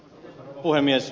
puhemies